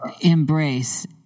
embrace